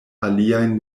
aliajn